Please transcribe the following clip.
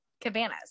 cabanas